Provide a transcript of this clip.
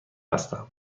هستم